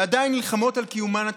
ועדיין נלחמות על קיומן התקציבי.